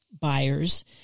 buyers